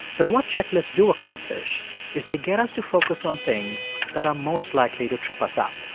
but what checklists do accomplish is they get us to focus on things that are most likely to trip us up.